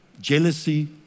jealousy